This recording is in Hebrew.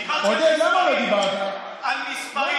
דיברתי על מספרים.